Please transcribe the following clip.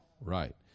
Right